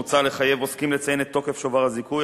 מוצע לחייב עוסקים לציין את תוקף שובר הזיכוי,